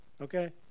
Okay